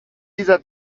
dieser